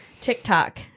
TikTok